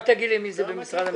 רק תאמר לי מי זה במשרד המשפטים.